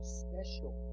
special